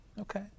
Okay